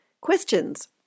questions